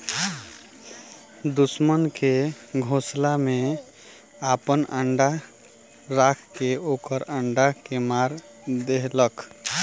दुश्मन के घोसला में आपन अंडा राख के ओकर अंडा के मार देहलखा